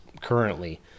currently